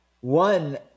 one